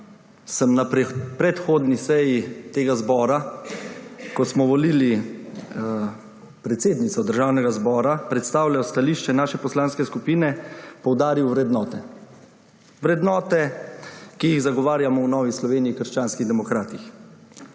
sem na predhodni seji tega zbora, ko smo volili predsednico Državnega zbora, predstavljal stališče naše poslanske skupine, poudaril vrednote, vrednote, ki jih zagovarjamo v Novi Sloveniji – krščanskih demokratih,